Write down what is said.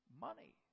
Money